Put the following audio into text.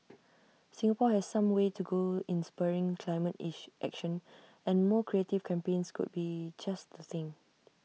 Singapore has some way to go in spurring climate action and more creative campaigns could be just the thing